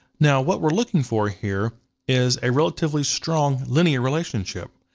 now what we're looking for here is a relatively strong linear relationship.